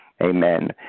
Amen